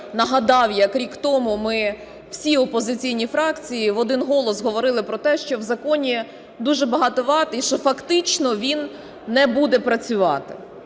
нагадав, як рік тому ми всі, опозиційні фракції, в один голос говорили про те, що в законі дуже багато вад, і що фактично він не буде працювати.